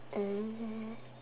um